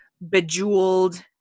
bejeweled